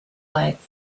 lights